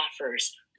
offers